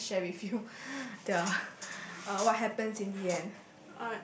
so I can't share with you the uh what happens in the end